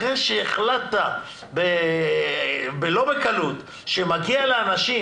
אחרי שהחלטת לא בקלות שמגיע לאנשים,